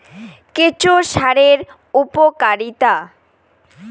কেঁচো সারের উপকারিতা?